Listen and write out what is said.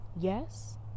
yes